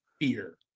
fear